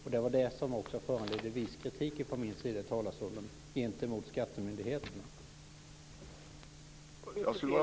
Det var också detta som föranledde viss kritik från min sida i talarstolen, gentemot skattemyndigheterna.